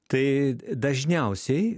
tai d dažniausiai